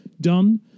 done